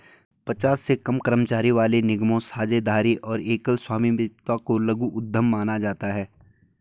पचास से कम कर्मचारियों वाले निगमों, साझेदारी और एकल स्वामित्व को लघु उद्यम माना जाता है